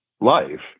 life